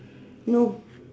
no